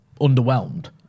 underwhelmed